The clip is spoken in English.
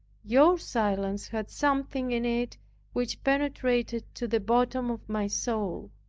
your silence had something in it which penetrated to the bottom of my soul.